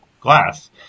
glass